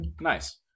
Nice